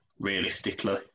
realistically